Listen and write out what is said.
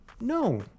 no